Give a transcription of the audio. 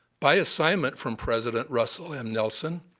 by assignment from president russell m. nelson,